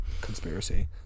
Conspiracy